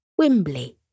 Wimbley